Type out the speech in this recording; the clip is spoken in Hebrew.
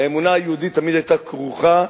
האמונה היהודית תמיד היתה כרוכה